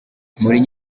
mourinho